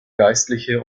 geistliche